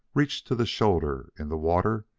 reach to the shoulder in the water,